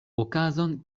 okazon